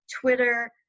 Twitter